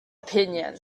opinion